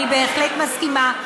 אני בהחלט מסכימה.